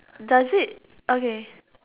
does it okay